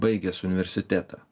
baigęs universitetą